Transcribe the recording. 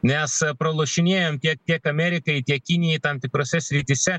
nes pralošinėjam tiek tiek amerikai tiek kinijai tam tikrose srityse